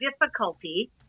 difficulty